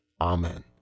Amen